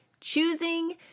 choosing